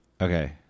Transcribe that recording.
Okay